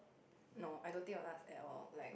no I don't think will ask at all like